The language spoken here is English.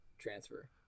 Transfer